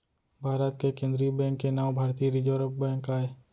भारत के केंद्रीय बेंक के नांव भारतीय रिजर्व बेंक आय